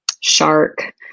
shark